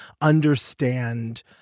understand